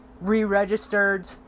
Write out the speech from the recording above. re-registered